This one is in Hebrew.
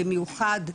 במיוחד,